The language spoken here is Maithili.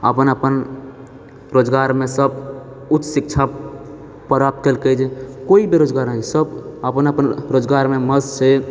अपन अपन रोजगारमे सभ उच्च शिक्षा प्राप्त करिके जे कोइ बेरोजगार नहि सभ अपन अपन रोजगारमे मस्त छै